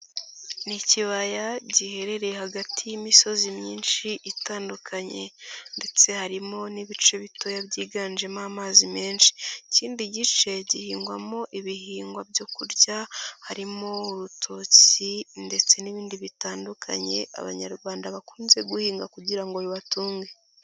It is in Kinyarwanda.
Ni ikibaya giherereye hagati y'imisozi myinshi itandukanye ndetse harimo n'ibice bitoya byiganjemo amazi menshi. Ikindi gice gihingwamo ibihingwa byo kurya, harimo urutoki ndetse n'ibindi bitandukanye abanyarwanda bakunze guhinga kugira ngo bibatunge.